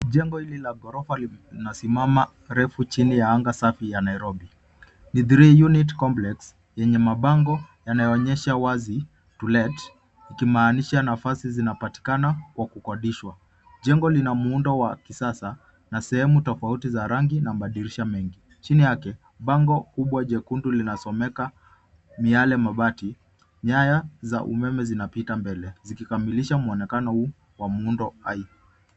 Jengo hili la ghorofa linasimama refu chini ya anga safi ya Nairobi ,ni three unit complex yenye mabango yanaonyesha wazi To Let ikimaanisha nafasi zinapatikana kwa kukodishwa. Jengo lina muundo wa kisasa na sehemu tofauti za rangi na madirisha mengi, chini yake bango kubwa jekundu linasomeka miyale mabati nyaya za umeme zinapita mbele zikikamilisha muonekano huu wa muundo.